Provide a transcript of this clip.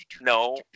No